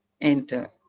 enter